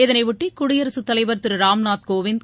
இதனையொட்டி குடியரசுத்தலைவர் திரு ராம்நாத் கோவிந்த்